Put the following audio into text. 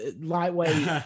Lightweight